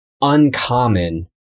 uncommon